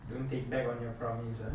don't take back on your promise ah